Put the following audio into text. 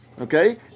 Okay